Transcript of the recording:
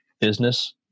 business